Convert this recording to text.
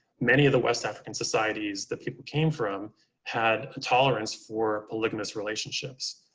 many of the west african societies that people came from had a tolerance for polygamous relationships.